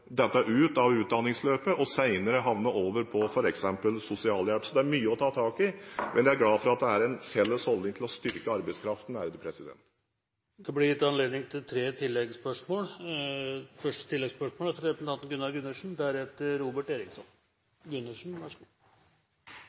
over på f.eks. sosialhjelp. Det er mye å ta tak i, men jeg er glad for at det er en felles holdning når det gjelder å styrke arbeidskraften. Det blir gitt anledning til tre oppfølgingsspørsmål – først Gunnar Gundersen. Jeg kan være enig med finansministeren i mye, og det er